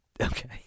Okay